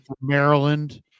Maryland